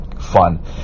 fun